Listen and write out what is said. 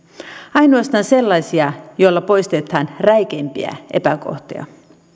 ainoastaan sellaisia joilla poistetaan räikeimpiä epäkohtia